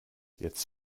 jetzt